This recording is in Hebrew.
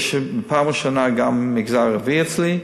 יש בפעם הראשונה גם מגזר ערבי אצלי,